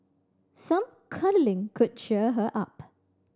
some cuddling could cheer her up